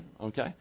Okay